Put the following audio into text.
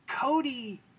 Cody